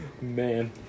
Man